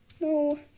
no